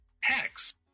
hex